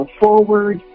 forward